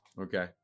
Okay